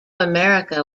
america